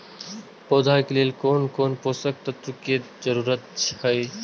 पौधा के लेल कोन कोन पोषक तत्व के जरूरत अइछ?